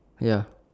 ya